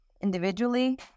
individually